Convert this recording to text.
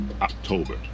October